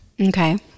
Okay